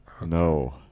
No